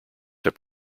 have